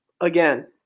Again